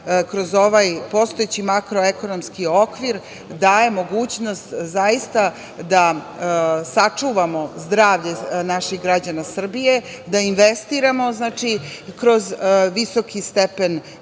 kroz ovaj postojeći makroekonomski okvir daje mogućnost da sačuvamo zdravlje naših građana Srbije, da investiramo kroz visoki stepen